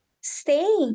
stay